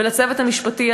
ולצוות המשפטי,